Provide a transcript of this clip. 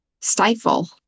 stifle